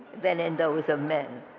than in those of men.